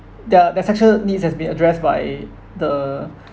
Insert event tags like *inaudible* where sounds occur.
their their sexual needs has been addressed by the *breath*